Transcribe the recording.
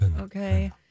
okay